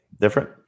Different